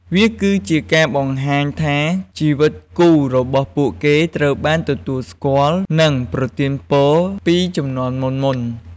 វាគឺជាការបង្ហាញថាជីវិតគូរបស់ពួកគេត្រូវបានទទួលស្គាល់ និងប្រទានពរពីជំនាន់មុនៗ។